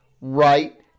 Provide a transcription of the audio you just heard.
right